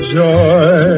joy